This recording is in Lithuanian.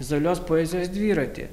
vizualios poezijos dviratį